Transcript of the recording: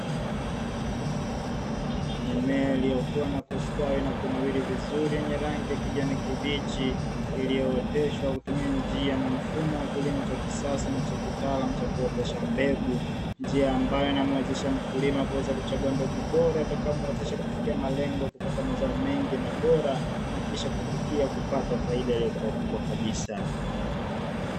Mimea iliyokua na kustawi na kunawiri vizuri yenye rangi ya kijani kibichi iliyooteshwa kutumia njia na mfumo wa kilimo cha kisasa na cha kitaalamu cha kuotesha mbegu; njia ambayo inamwezesha mkulima kuweza kuchagua mbegu bora itakayomuwezesha kufikia malengo kupata mazao mengi na bora na kisha kufikia kupata faida iliyokuwa kubwa kabisa.